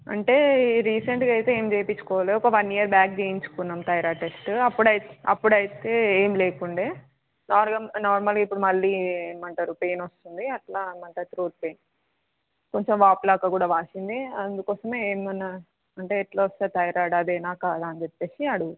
అంటే రీసెంట్గా అయితే ఏం చేపించుకోలేదు ఒక వన్ ఇయర్ బ్యాక్ చేయించుకున్నాము థైరాయిడ్ టెస్ట్ అప్పుడైతే అప్పుడైతే ఏం లేకుండే నార్మల్ నార్మల్గా ఇప్పుడు మళ్ళీ ఏమంటారు పెయిన్ వస్తుంది అట్లా అన్న మాట త్రోట్ పెయిన్ కొంచెం వాపులా కూడా వ్రాసింది అందుకోసమే ఏమన్నా అంటే ఎట్లా వస్తుంది థైరాయిడ్ అదేనా కాదా అని చెప్పేసి అడుగుతున్నాము